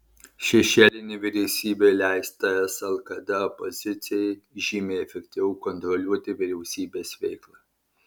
šešėlinė vyriausybė leis ts lkd opozicijai žymiai efektyviau kontroliuoti vyriausybės veiklą